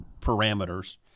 parameters